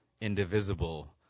indivisible